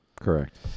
Correct